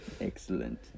excellent